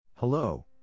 Hello